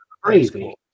crazy